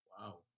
Wow